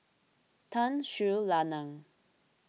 Tun Sri Lanang